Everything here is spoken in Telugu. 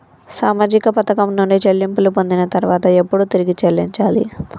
సామాజిక పథకం నుండి చెల్లింపులు పొందిన తర్వాత ఎప్పుడు తిరిగి చెల్లించాలి?